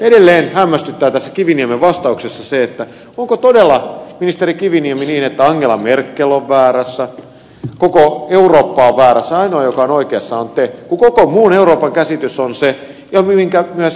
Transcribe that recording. edelleen hämmästyttää tässä kiviniemen vastauksessa se että onko todella ministeri kiviniemi niin että angela merkel on väärässä koko eurooppa on väärässä ja ainoa joka on oikeassa olette te kun koko muun euroopan käsitys on se minkä myös ed